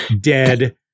dead